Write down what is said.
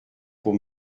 pour